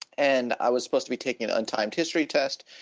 and i was supposed to be taking an untimed history test,